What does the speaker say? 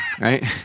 Right